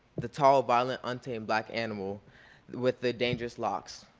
the tall violent untamed black animal with the dangerous locks,